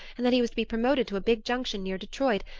and that he was to be promoted to a big junction near detroit,